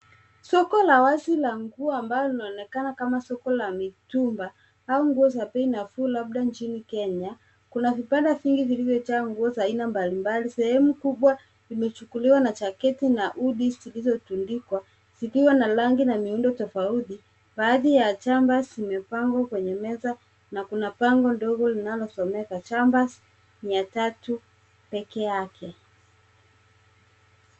Soko la wazi la nguo ambalo linaonekana kama soko la mitumba au nguo za bei nafuu labda nchini Kenya, kuna vibanda vingi vilivyojaa nguo za aina mbalimbali. Sehemu kubwa zimechukuliwa na jaketi na hoody zilizotundikwa, zikiwa na rangi na miundo tofauti. Baadhi ya jumper zimepangwa kwenye meza na kuna bango ndogo linalosomeka jumpers mia tatu peke yake.